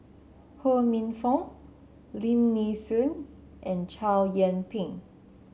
Ho Minfong Lim Nee Soon and Chow Yian Ping